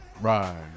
Right